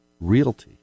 Realty